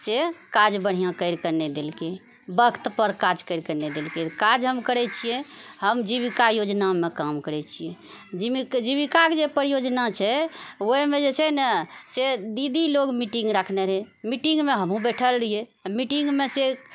सँ काज बढ़िआँ करिकऽ नहि देलकै वक्तपर काज करिकऽ नहि देलकै काज हम करै छियै हम जीविका योजनामे काम करै छी जीविकाके जे परियोजना छै ओहिमे जे छै ने से दीदी लोग मिटिंग राखने रहै मिटिंगमे हमहुँ बैठल रहियै आओर मिटिंगमे सँ